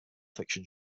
fiction